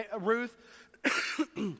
Ruth